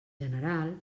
general